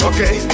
Okay